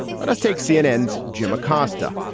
let us take cnn's jim acosta,